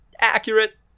accurate